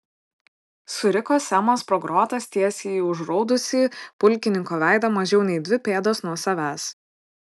suriko semas pro grotas tiesiai į užraudusį pulkininko veidą mažiau nei dvi pėdos nuo savęs